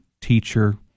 teacher